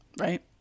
Right